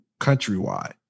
countrywide